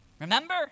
Remember